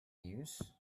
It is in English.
news